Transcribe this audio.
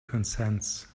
consents